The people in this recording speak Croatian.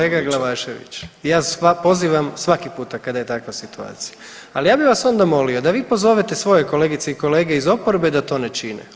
Kolega Glavašević, ja sve pozivam svaki puta kada je takva situacija, ali ja bih vas onda molio da vi pozovete svoje kolegice i kolege iz oporbe da to ne čine.